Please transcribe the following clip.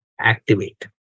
activate